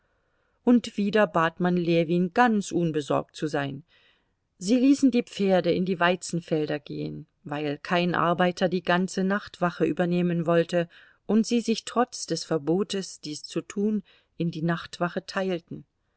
und wieder bat man ljewin ganz unbesorgt zu sein sie ließen die pferde in die weizenfelder gehen weil kein arbeiter die ganze nachtwache übernehmen wollte und sie sich trotz des verbotes dies zu tun in die nachtwache teilten